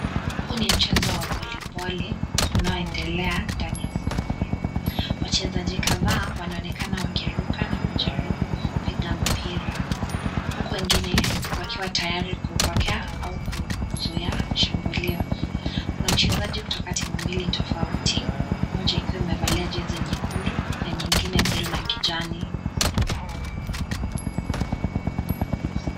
Huu ni mchezo wa voliboli unaoendelea ndani ya ukumbi wachezaji kadhaa wanaonekana wakiruka na kujaribu kupiga mpira huku wengine wakiwa tayari kupokea au kuzuia shambulio kuna wachezaji kutoka timu mbili tofauti mmoja ikiwa imevalia jezi nyekundu na nyingine blue na kijani.